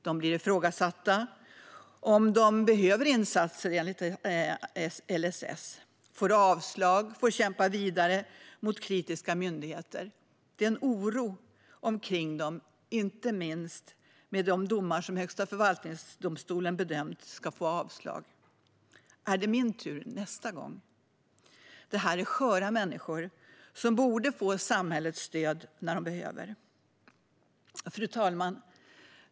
Deras behov av insatser enligt LSS blir ifrågasatta. De får avslag och får kämpa vidare mot kritiska myndigheter. Det är en oro omkring dem, inte minst kring de domar som Högsta förvaltningsdomstolen bedömt ska få avslag. Är det min tur nästa gång? Det här är sköra människor som borde få samhällets stöd när de behöver det. Fru talman!